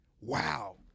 Wow